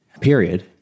period